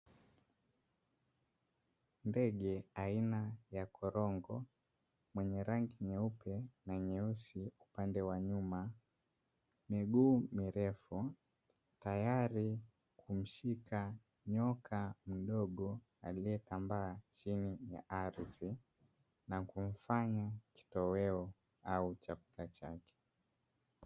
Ndege aina ya korongo mwenye rangi nyeupe na nyeusi upande wa nyuma, miguu mirefu, tayari kumshika nyoka mdogo anayetambaa chini ya ardhi, na kumfanya kitoeo au chakula chake.